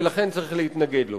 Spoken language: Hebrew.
ולכן צריך להתנגד לו.